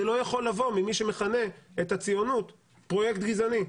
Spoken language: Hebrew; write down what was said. זה לא יכול לבוא ממי שמכנה את הציונות פרויקט גזעני,